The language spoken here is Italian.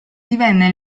divenne